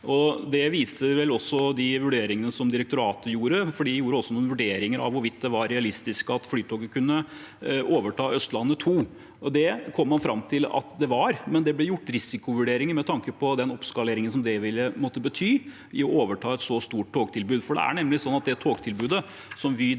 Det viser vel også vurderingene direktoratet gjorde, for de gjorde også noen vurderinger av hvorvidt det var realistisk at Flytoget kunne overta Østlandet 2. Det kom man fram til at det var, men det ble gjort risikovurderinger med tanke på den oppskaleringen det å overta et så stort togtilbud ville måtte bety. Det er nemlig sånn at det togtilbudet Vy driver